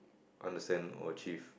understand or achieve